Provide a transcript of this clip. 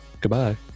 Goodbye